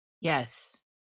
Yes